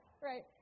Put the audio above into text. Right